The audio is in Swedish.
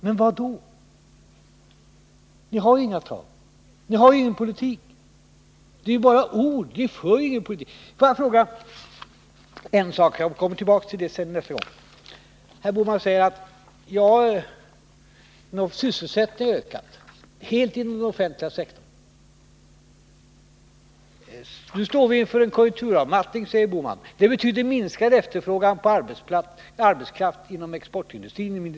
Men ni har ju inga tag att ta, ni har ingen politik. Herr Bohman säger att sysselsättningen har ökat inom den offentliga sektorn. Nu står vi inför en konjunkturavmattning, säger herr Bohman. Det betyder minskad efterfrågan på arbetskraft inom industrin.